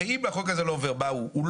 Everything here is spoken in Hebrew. הרי אם החוק הזה לא יעבור אז הוא לא